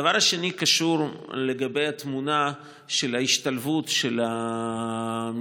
הדבר השני קשור לתמונת ההשתלבות של מגזר